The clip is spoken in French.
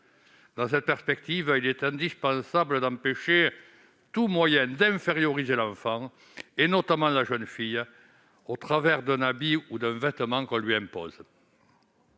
Dans cette perspective, il est indispensable d'empêcher tout moyen d'inférioriser l'enfant, notamment la jeune fille, au travers d'un vêtement qu'on lui impose.